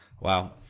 Wow